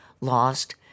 lost